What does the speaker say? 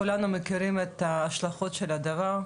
כולנו מכירים את ההשלכות של הדבר הזה,